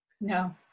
No